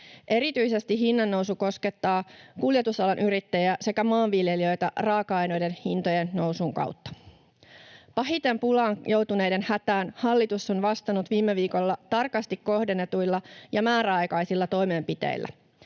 Erityisesti hinnannousu koskettaa kuljetusalan yrittäjiä sekä maanviljelijöitä raaka-aineiden hintojen nousun kautta. Pahiten pulaan joutuneiden hätään hallitus on vastannut viime viikolla tarkasti kohdennetuilla ja määräaikaisilla toimenpiteillä.